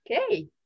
Okay